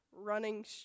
running